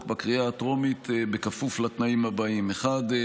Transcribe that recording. בקריאה הטרומית בכפוף לתנאים הבאים: א.